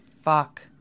fuck